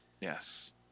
yes